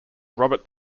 robert